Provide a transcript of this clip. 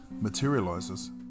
materializes